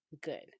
good